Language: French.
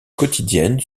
quotidienne